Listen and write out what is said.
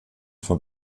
vom